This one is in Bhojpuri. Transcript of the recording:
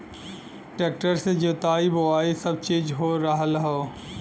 ट्रेक्टर से जोताई बोवाई सब चीज हो रहल हौ